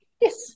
Yes